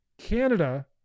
Canada